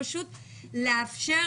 צריך לאפשר